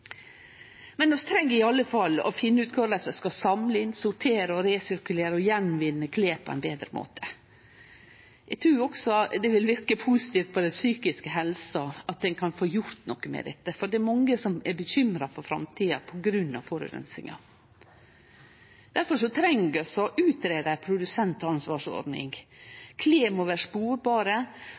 treng i alle fall å finne ut korleis vi skal samle inn, sortere, resirkulere og gjenvinne klede på ein betre måte. Eg trur også det vil verke positivt på den psykiske helsa at ein kan få gjort noko med dette, for det er mange som er bekymra for framtida på grunn av forureininga. Difor treng vi å greie ut ei produsentansvarsordning. Klede må vere